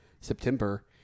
September